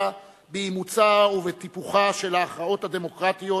באימוצן ובטיפוחן של ההכרעות הדמוקרטיות,